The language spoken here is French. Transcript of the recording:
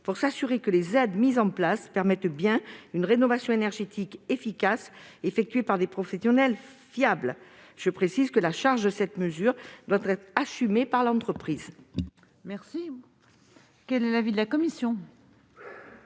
garantira que les aides mises en place permettent une rénovation énergétique efficace, effectuée par des professionnels fiables. Je précise que la charge de cette mesure doit être assumée par l'entreprise.